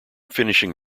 finishing